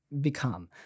become